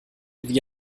wie